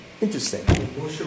Interesting